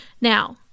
Now